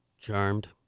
Charmed